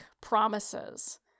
promises